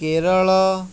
Kerala